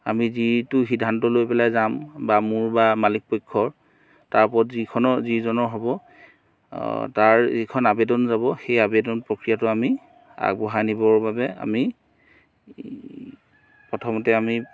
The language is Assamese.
আমি যিটো সিদ্ধান্ত লৈ পেলাই যাম বা মোৰ বা মালিকপক্ষৰ তাৰ ওপৰত যিখনৰ যিজনৰ হ'ব তাৰ এইখন আবেদন যাব এই আবেদন প্ৰক্ৰিয়াটো আমি আগবঢ়াই নিবৰ বাবে আমি প্ৰথমতে আমি